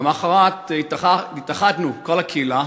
למחרת התאחדנו כל הקהילה,